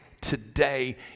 today